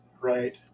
right